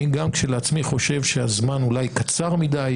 אני גם כשלעצמי חושב שהזמן אולי קצר מדי,